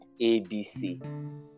ABC